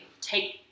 take